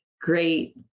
great